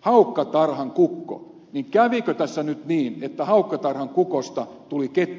haukkatarhan kukko niin kävikö tässä nyt niin että haukkatarhan kukosta tuli kettutarhan kana